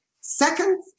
Second